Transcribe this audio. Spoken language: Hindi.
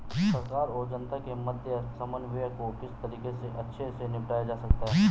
सरकार और जनता के मध्य समन्वय को किस तरीके से अच्छे से निपटाया जा सकता है?